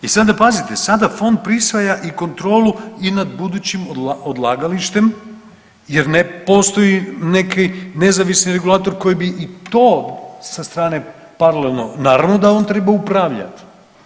I sada pazite, sada fond prisvaja i kontrolu i nad budućim odlagalištem jer ne postoji neki nezavisni regulator koji bi i to sa strane parlano, naravno da on treba upravljat.